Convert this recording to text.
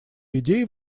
идеи